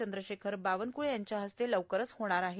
चंद्रशेखर बावनकुळे यांच्या हस्ते लवकरचं होणार आहे